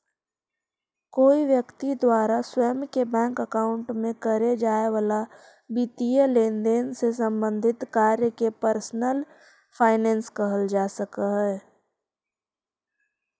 कोई व्यक्ति द्वारा स्वयं के बैंक अकाउंट में करे जाए वाला वित्तीय लेनदेन से संबंधित कार्य के पर्सनल फाइनेंस कहल जा सकऽ हइ